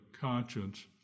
conscience